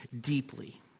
deeply